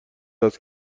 است